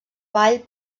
vall